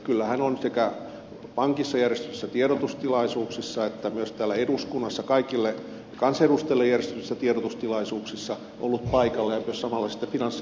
kyllä hän on sekä pankissa järjestetyissä tiedotustilaisuuksissa että myös täällä eduskunnassa kaikille kansanedustajille järjestetyissä tiedotustilaisuuksissa ollut paikalla ja myös samalla sitten finanssivalvonta